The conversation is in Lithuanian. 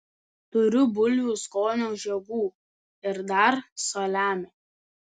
turiu bulvių skonio žiogų ir dar saliamio